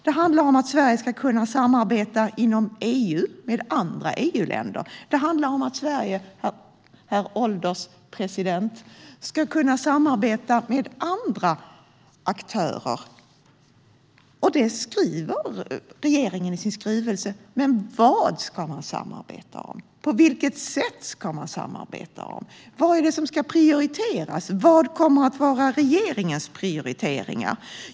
Det handlar om att Sverige ska kunna samarbeta inom EU med andra EU-länder. Det handlar, herr ålderspresident, om att Sverige ska kunna samarbeta med andra aktörer. Och det skriver regeringen i sin skrivelse. Men vad ska man samarbeta om? På vilket sätt ska man samarbeta? Vad är det som ska prioriteras? Vad kommer att vara regeringens prioriteringar?